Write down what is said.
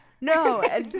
no